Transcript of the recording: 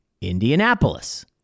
Indianapolis